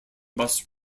bus